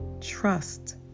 trust